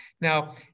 Now